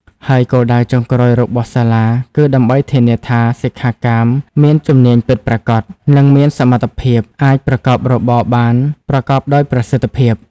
ហើយគោលដៅចុងក្រោយរបស់សាលាគឺដើម្បីធានាថាសិក្ខាកាមមានជំនាញពិតប្រាកដ និងមានសមត្ថភាពអាចប្រកបរបរបានប្រកបដោយប្រសិទ្ធភាព។